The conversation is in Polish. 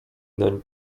nań